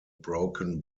broken